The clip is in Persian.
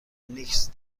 نیکز